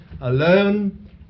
alone